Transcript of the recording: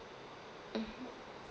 mmhmm